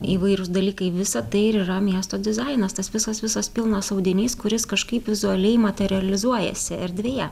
įvairūs dalykai visa tai ir yra miesto dizainas tas visas visas pilnas audinys kuris kažkaip vizualiai materializuojasi erdvėje